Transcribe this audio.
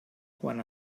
quan